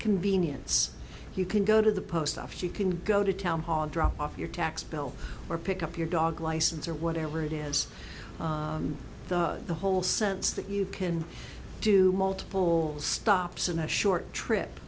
convenience you can go to the post office you can go to town hall drop off your tax bill or pick up your dog license or whatever it is the whole sense that you can do multiple stops in a short trip